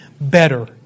better